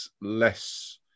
less